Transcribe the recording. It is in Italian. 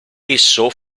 esso